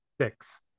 six